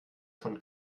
von